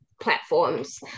platforms